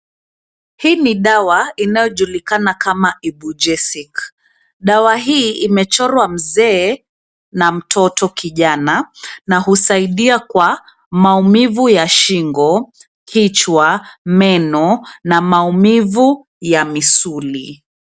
Hii ni dawa inayojulikana kama Ibugesic . Dawa hii imechorwa mzee na mtoto kijana, na husaidia kwa maumivu ya shingo, kichwa, meno na maumivu ya misuli.